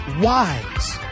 wise